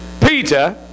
Peter